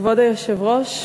כבוד היושב-ראש,